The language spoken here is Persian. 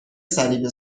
صلیب